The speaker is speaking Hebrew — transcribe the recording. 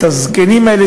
את הזקנים האלה,